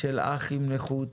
של אח עם נכות,